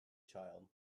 child